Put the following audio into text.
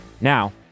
Now